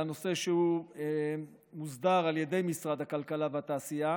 לנושא שמוסדר על ידי משרד הכלכלה והתעשייה